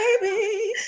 Baby